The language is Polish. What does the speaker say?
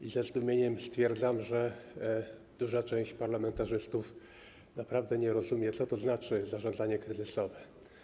I ze zdumieniem stwierdzam, że duża część parlamentarzystów naprawdę nie rozumie, co to znaczy zarządzanie kryzysowe.